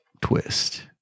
twist